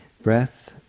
breath